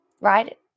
right